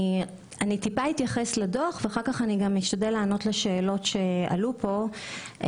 אתייחס לדוח ואחר כך אשתדל להתייחס לשאלות שעלו פה.